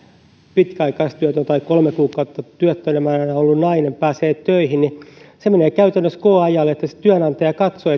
pitkäaikaistyötön tai kolme kuukautta työttömänä ollut nainen pääsee töihin niin hän menee käytännössä koe ajalle eli se työnantaja katsoo